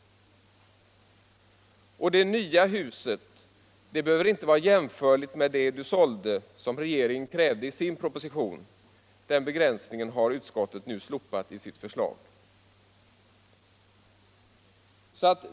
Det nya huset behöver inte vara jämförligt med det du sålde, något som regeringen krävde i sin proposition. Den begränsningen har utskottet nu slopat i sitt förslag.